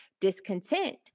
discontent